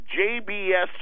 JBS